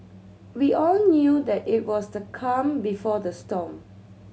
we all knew that it was the calm before the storm